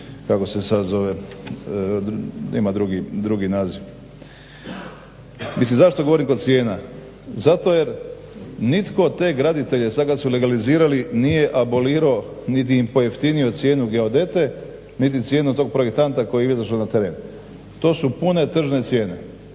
kako se sad zove, ima drugi naziv. Mislim zašto … cijena, zato jer nitko te graditelje sad kad su legalizirali nije abolirao niti im pojeftinio cijenu geodete niti cijenu to projektanta koji je izašao na teren. To su pune tržne cijene,